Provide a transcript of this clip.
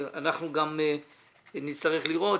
אנחנו גם נצטרך לראות,